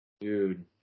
Dude